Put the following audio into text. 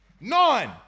None